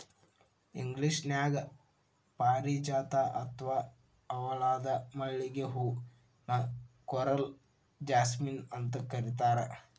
ಇಂಗ್ಲೇಷನ್ಯಾಗ ಪಾರಿಜಾತ ಅತ್ವಾ ಹವಳದ ಮಲ್ಲಿಗೆ ಹೂ ನ ಕೋರಲ್ ಜಾಸ್ಮಿನ್ ಅಂತ ಕರೇತಾರ